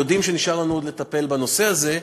ויודעים שנשאר לנו עוד לטפל בנושא הזה,